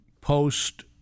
Post